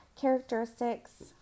Characteristics